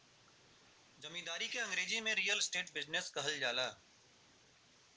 जमींदारी के अंगरेजी में रीअल इस्टेट बिजनेस कहल जाला